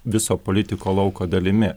viso politiko lauko dalimi